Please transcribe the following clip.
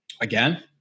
again